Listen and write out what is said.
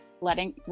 letting